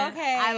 Okay